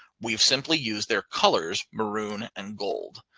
we've simply used their colors, maroon and gold.